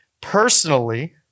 personally